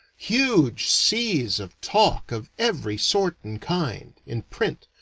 huge seas of talk of every sort and kind, in print,